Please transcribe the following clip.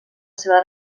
seva